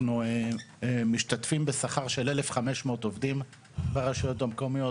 אנחנו משתתפים בשכר של 1,500 עובדים ברשויות המקומיות,